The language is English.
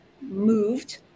moved